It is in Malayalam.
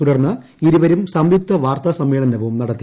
തുടർന്ന് ഇരുവരും സംയുക്ത വാർത്ത്ാസമ്മേളനവും നടത്തി